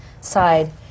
side